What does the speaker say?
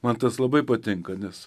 man tas labai patinka nes